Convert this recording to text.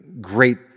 great